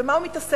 במה הוא מתעסק?